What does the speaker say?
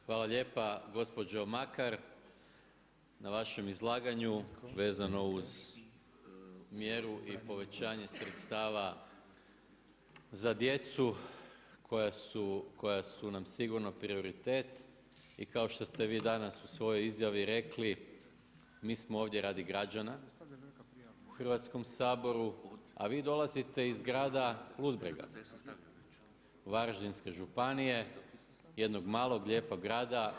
Hvala lijepa gospođo Makar na vašem izlaganju, vezano uz mjeru i povećanje sredstava za djecu koja su nam sigurno prioritet i kao što ste vi danas u svojoj izjavi rekli mi smo ovdje radi građana u Hrvatskom saboru, a vi dolazite iz grada Ludbrega, Varaždinske županije, jednog, malog lijepo grada.